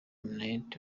minnaert